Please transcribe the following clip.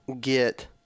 get –